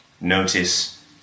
notice